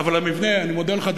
אני מודה לך,